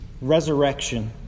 resurrection